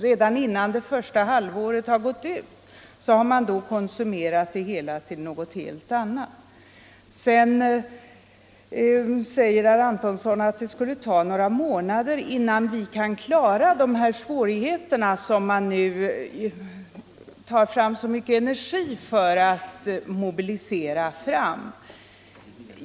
Redan innan det första halvåret har gått ut har man alltså använt hela årets pengar till något annat. Vidare säger herr Antonsson att det skulle ta några månader innan vi kunde klara de svårigheter som man nu så energiskt försöker mana fram.